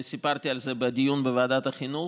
סיפרתי על זה בדיון בוועדת החינוך,